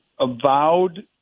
avowed